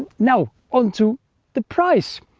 you know on to the price.